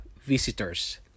visitors